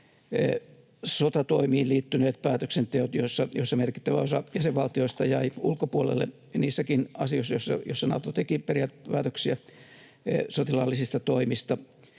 sotatoimiin liittyneet päätöksenteot, joissa merkittävä osa jäsenvaltioista jäi ulkopuolelle niissäkin asioissa, joissa Nato teki periaatepäätöksiä sotilaallisista toimista.